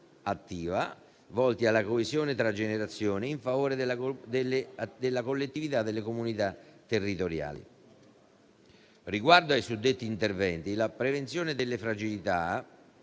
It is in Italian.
attiva, volti alla coesione tra generazioni, in favore della collettività e delle comunità territoriali. Riguardo ai suddetti interventi e alla prevenzione delle fragilità,